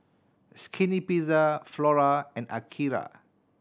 Skinny Pizza Flora and Akira